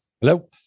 Hello